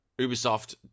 Ubisoft